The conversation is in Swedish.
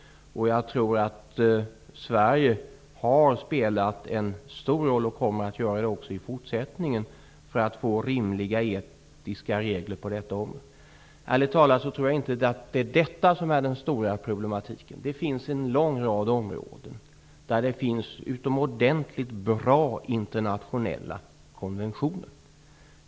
Jag tror att Sverige har spelat en stor roll, och kommer även i fortsättningen att göra det, för att få rimliga etiska regler på detta område. Ärligt talat tror jag inte att det är detta som är den stora problematiken. Det finns en lång rad områden där det finns utomordentligt bra internationella konventioner.